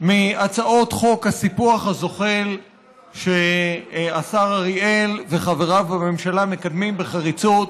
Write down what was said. מהצעות חוק הסיפוח הזוחל שהשר אריאל וחבריו בממשלה מקדמים בחריצות.